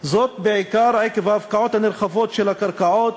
בעיקר עקב ההפקעות הנרחבות של הקרקעות,